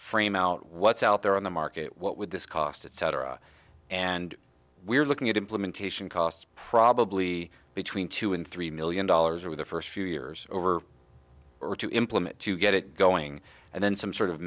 frame out what's out there on the market what would this cost etc and we're looking at implementation costs probably between two and three million dollars over the first few years over or to implement to get it going and then some sort of